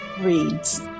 reads